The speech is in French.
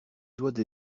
doigts